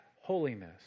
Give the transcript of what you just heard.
holiness